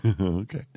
Okay